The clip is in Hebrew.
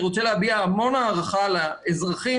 אני רוצה להביע המון הערכה לאזרחים